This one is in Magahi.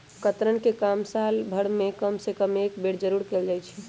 कतरन के काम साल भर में कम से कम एक बेर जरूर कयल जाई छै